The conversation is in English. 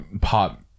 pop